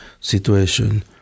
situation